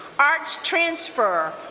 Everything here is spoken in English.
arts transfer.